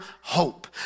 hope